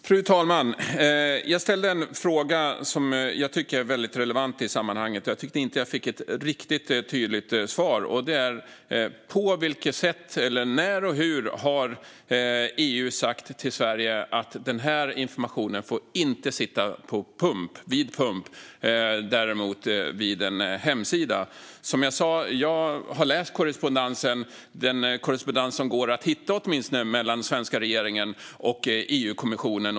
Fru talman! Jag ställde en fråga som jag tycker är relevant i sammanhanget, men jag fick inte något riktigt tydligt svar. På vilket sätt eller när och hur har EU sagt till Sverige att informationen inte får sitta vid pump men däremot på en hemsida? Som jag sa har jag läst korrespondensen, åtminstone den korrespondens som går att hitta, mellan den svenska regeringen och EU-kommissionen.